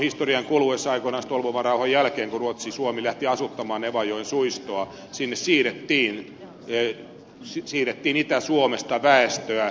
historian kuluessa aikanaan stolbovan rauhan jälkeen kun ruotsi suomi lähti asuttamaan nevajoen suistoa sinne siirrettiin itä suomesta väestöä